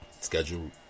schedule